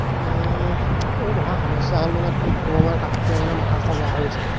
এইবোৰ মহা সমস্যা হ'ল মানে কি ক'ম আৰু তাকে মানে মাথা চাথা বেয়া হৈ গৈছেগৈ